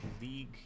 League